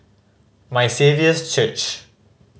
My Saviour's Church